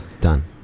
Done